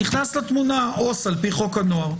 נכנס לתמונה עובד סוציאלי על פי חוק הנוער.